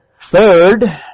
Third